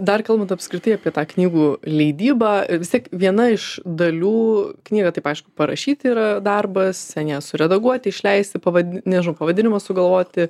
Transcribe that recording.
dar kalbant apskritai apie tą knygų leidybą vis tiek viena iš dalių knygą taip aišku parašyt yra darbas ten ją suredaguoti išleisti pavad nežinau pavadinimą sugalvoti